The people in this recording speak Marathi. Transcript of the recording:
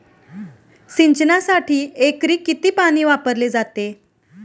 सिंचनासाठी एकरी किती पाणी वापरले जाते?